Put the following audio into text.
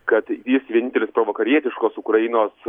kad jis vienintelis provakarietiškos ukrainos